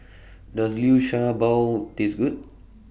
Does Liu Sha Bao Taste Good